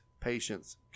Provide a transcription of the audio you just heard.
patience